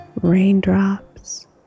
raindrops